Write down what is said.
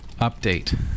update